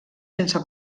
sense